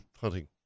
hunting